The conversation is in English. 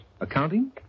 accounting